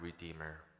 redeemer